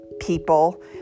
people